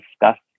discussed